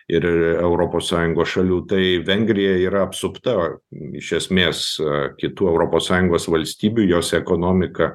ir europos sąjungos šalių tai vengrija yra apsupta iš esmės kitų europos sąjungos valstybių jos ekonomika